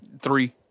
Three